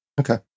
Okay